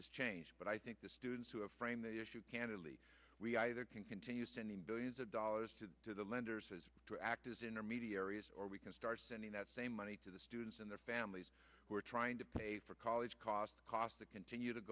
this change but i think the students who have framed the issue candidly we either can continue sending billions of dollars to the lenders to act as intermediaries or we can start sending that same money to the students and their families who are trying to pay for college cost cost that continue to